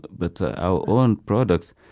but our own products,